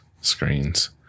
screens